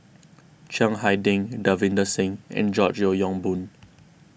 Chiang Hai Ding Davinder Singh and George Yeo Yong Boon